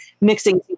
mixing